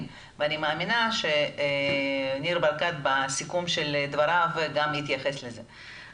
ואני מאמינה שניר ברקת בסיכום של דבריו גם יתייחס לזה.